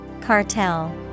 Cartel